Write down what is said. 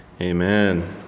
Amen